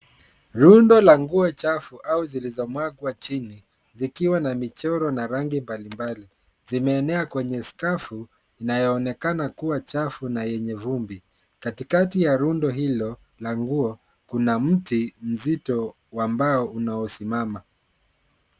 Rundo la nguo chafu au zilizomwagwa chini, zikiwa na michoro na rangi mbali mbali, zimeenea kwenye skafu, inayo onekana kuwa chafu na yenye vumbi, kati kati ya rundo hilo, la nguo, kuna mti, mzito, wa mbao unao simama.